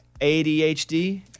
ADHD